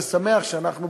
ואני שמח שאנחנו,